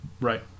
Right